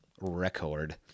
record